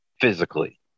Physically